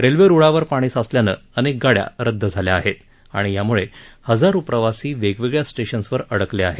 railway रुळावर पाणी साचल्यानं अनेक गाड्या रदद झाल्या आहेत आणि यामुळे हजारो प्रवासी वेगवेगळ्या स्टेशनवर अडकले आहेत